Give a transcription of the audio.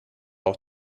auch